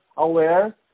aware